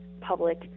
public